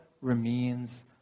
remains